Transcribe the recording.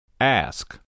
Ask